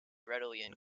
readily